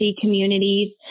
communities